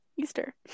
Easter